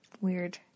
weird